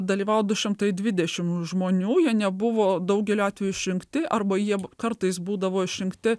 dalyvavo du šimtai dvidešimt žmonių jie nebuvo daugeliu atveju išrinkti arba jieb kartais būdavo išrinkti